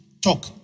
talk